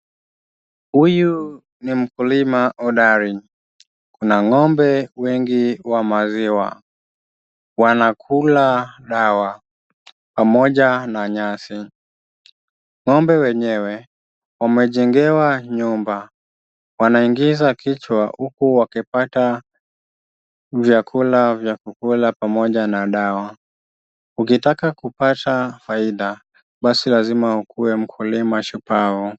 Huyu ni mkulima hodari Kuna ng'ombe wengi wa maziwa Wanakula dawa pamoja na nyasi ,ng'ombe wenyewe wamejengewa nyumba wanaongiza kichwa uku wakipata vyakula vya kukula pamoja na dawa. Ukitaka kupata faida basi lazima ukuwe mkulima shupavu.